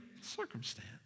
circumstance